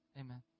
Amen